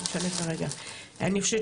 אני חושבת